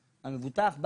המבוטח,